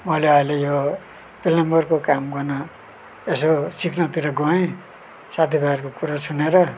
मैले अहिले यो प्लम्बरको काम गर्न यसो सिक्नतिर गएँ साथीभाइहरूको कुरा सुनेर